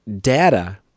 data